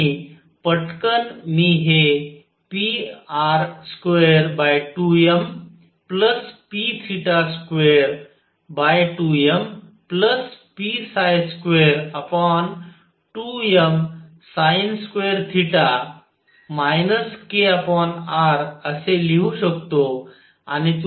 आणि पटकन मी हे pr22mp22mp22msin2 kr असे लिहू शकतो